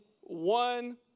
one